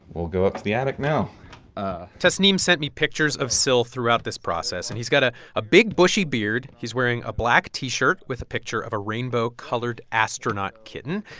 we'll go up to the attic now tasnim sent me pictures of syl throughout this process. and he's got a big, bushy beard. he's wearing a black t-shirt with a picture of a rainbow-colored astronaut kitten.